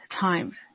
time